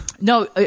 No